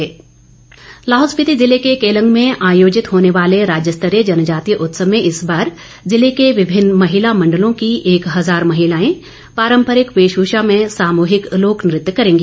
जनजातीय उत्सव लाहौल स्पीति ज़िले के केलंग में आयोजित होने वाले राज्य स्तरीय जनजातीय उत्सव में इस बार ज़िले के विभिन्न महिला मंडलों की एक हजार महिलाएं पारम्परिक वेशभूषा में सामूहिक लोकनृत्य करेंगी